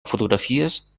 fotografies